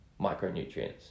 micronutrients